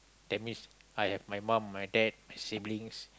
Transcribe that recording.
that means I have my mum my dad siblings